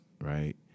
right